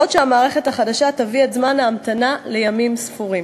בעוד שהמערכת החדשה תביא את זמן ההמתנה לימים ספורים.